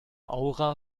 aura